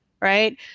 right